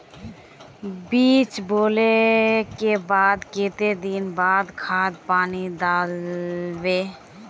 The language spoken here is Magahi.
बीज बोले के बाद केते दिन बाद खाद पानी दाल वे?